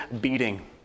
beating